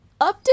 update